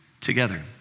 together